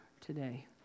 today